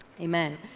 Amen